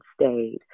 stayed